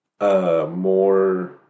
more